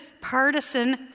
partisan